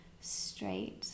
straight